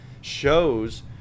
shows